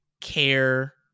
care